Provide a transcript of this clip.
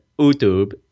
YouTube